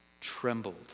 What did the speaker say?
trembled